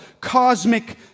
cosmic